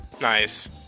Nice